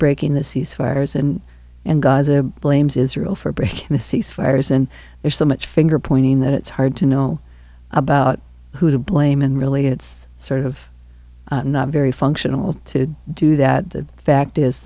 breaking the cease fires and in gaza blames israel for breaking the cease fires and there's so much finger pointing that it's hard to know about who to blame and really it's sort of not very functional to do that the fact is